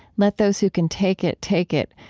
let those who can take it, take it.